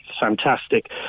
fantastic